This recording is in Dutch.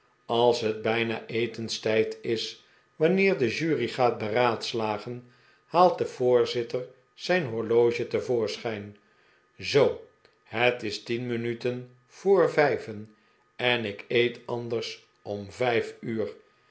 als het bijna etenstijd is wanneer de jury gaat beraadslagen haalt de voorzitter zijn horloge te voorschijn zoo het is tien minuten voor vijven en ik eet anders om vijf uur